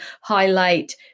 highlight